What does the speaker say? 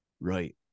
Right